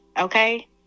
okay